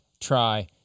try